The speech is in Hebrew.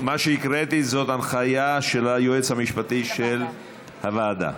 מה שהקראתי זאת הנחיה של היועץ המשפטי של הוועדה.